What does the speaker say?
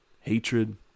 hatred